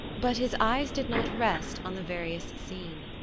but his eyes did not rest on the various scene.